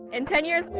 in ten years,